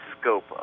scope